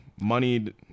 money